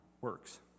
works